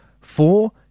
four